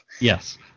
yes